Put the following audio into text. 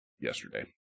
yesterday